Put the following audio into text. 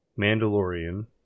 Mandalorian